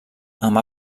amb